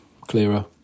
clearer